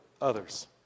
others